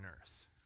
earth